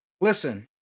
listen